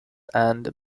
and